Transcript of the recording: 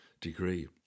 degree